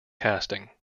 casting